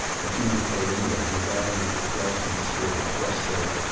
but you want to say it anyway, you're battling with the flesh and the spirit. the flesh says,